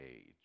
age